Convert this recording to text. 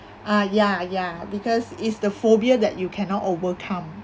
ah ya ya because it's the phobia that you cannot overcome